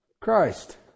Christ